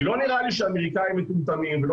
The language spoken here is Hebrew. לא נראה לי שהאמריקאים מטומטמים ולא